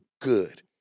good